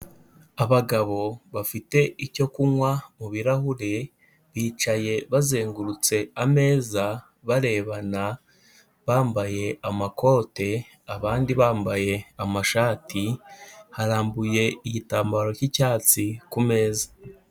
Abagabo bafite icyo kunywa mu birahure, bicaye bazengurutse ameza barebana, bambaye amakote, abandi bambaye amashati, harambuye igitambaro cy'icyatsi ku meza.